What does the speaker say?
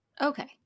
Okay